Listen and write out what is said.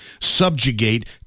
subjugate